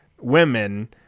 women